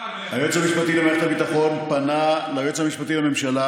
המשפטי למערכת הביטחון פנה ליועץ המשפטי לממשלה